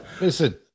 Listen